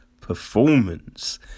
performance